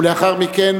ולאחר מכן,